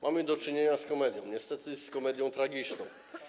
Mamy do czynienia z komedią, niestety, z komedią tragiczną.